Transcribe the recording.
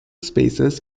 spaces